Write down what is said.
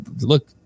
look